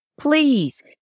please